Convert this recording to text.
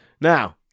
Now